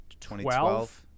2012